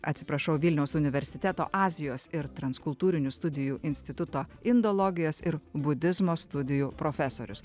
atsiprašau vilniaus universiteto azijos ir transkultūrinių studijų instituto indologijos ir budizmo studijų profesorius